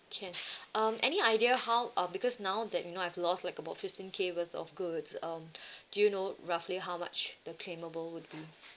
can um any idea how uh because now that you know I've lost like about fifteen K worth of goods um do you know roughly how much the claimable would be